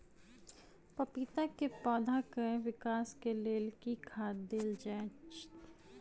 पपीता केँ पौधा केँ विकास केँ लेल केँ खाद देल जाए?